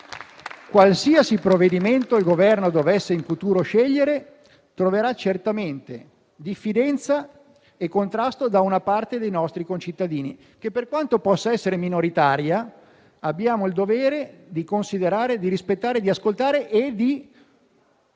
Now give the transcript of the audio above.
qualsiasi provvedimento il Governo dovesse in futuro scegliere troverà certamente diffidenza e contrasto da una parte dei nostri concittadini che, per quanto possa essere minoritaria, abbiamo il dovere di considerare, di rispettare, di ascoltare e di